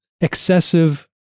excessive